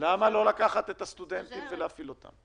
למה לא לקחת את הסטודנטים ולהפעיל אותם?